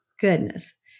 goodness